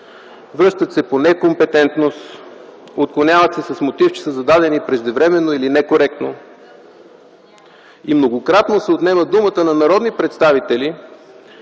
Връщат се по некомпетентност, отклоняват се с мотив, че са зададени преждевременно или некоректно и многократно се отнема думата на народни представители,